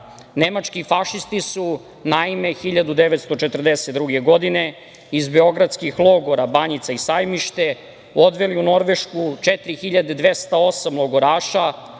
nemački fašisti su 1942. godine iz beogradskih logora Banjica i Sajmište odveli u Norvešku 4.208 logoraša,